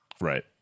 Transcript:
Right